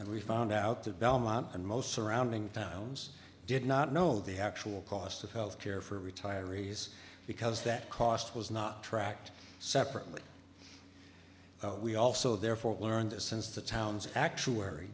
and we found out that belmont and most surrounding towns did not know the actual cost of health care for retirees because that cost was not tracked separately we also therefore learned that since the town's actuary